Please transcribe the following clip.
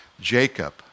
Jacob